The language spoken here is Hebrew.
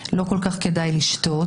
לא כל כך כדאי לשתות,